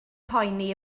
poeni